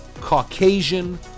Caucasian